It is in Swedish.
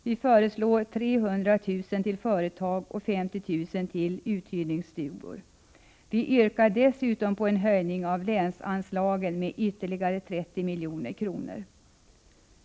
Vi föreslår 300 000 kr. till företag och 50 000 kr. till uthyrningsstugor. Vi yrkar dessutom på en höjning av länsanslagen med ytterligare 30 milj.kr.